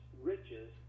riches